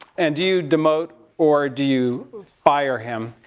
and do you demote, or do you fire him?